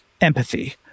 empathy